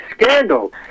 scandal